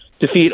defeat